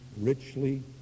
richly